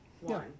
one